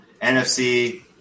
NFC